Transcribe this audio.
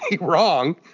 wrong